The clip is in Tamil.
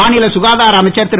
மாநில சுகாதார அமைச்சர் திரு